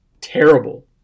terrible